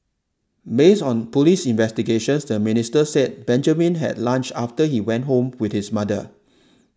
based on police investigations the minister said Benjamin had lunch after he went home with his mother